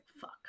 fuck